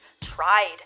tried